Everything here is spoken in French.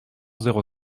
zéro